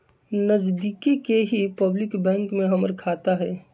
नजदिके के ही पब्लिक बैंक में हमर खाता हई